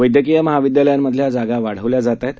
वैदकीयमहाविद्यालयांमधल्याजागावाढवल्याजातआहेत